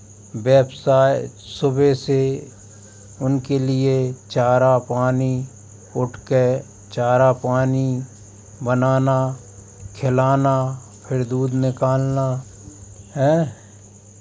व्यवसाय सुबह से उनके लिए चारा पानी उठ के चारा पानी बनाना खिलाना फिर दूध निकालना हें